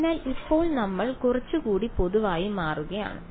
അതിനാൽ ഇപ്പോൾ നമ്മൾ കുറച്ചുകൂടി പൊതുവായി മാറുകയാണ്